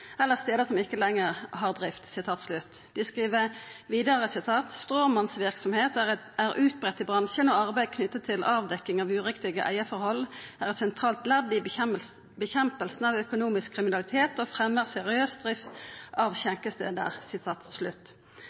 eller steder som ikke lenger har drift.» Dei skriv vidare: «Stråmannsvirksomhet er utbredt i bransjen og arbeid knyttet til avdekking av uriktige eierforhold er et sentralt ledd i bekjempelsen av økonomisk kriminalitet og fremmer seriøs drift av